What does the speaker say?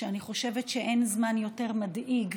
שאני חושבת שאין זמן יותר מדאיג,